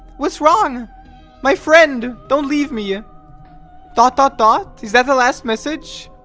what's wrong my friend don't leave me ah thought thought thought is that the last message